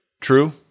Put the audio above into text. True